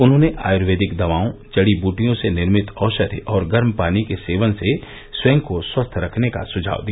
उन्होंने आयर्वेदिक दवाओं जड़ी बुटियों से निर्मित औषधि और गर्म पानी के सेवन से स्वयं को स्वस्थ रखने का सुझाव दिया